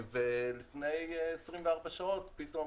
ולפני 24 שעות, פתאום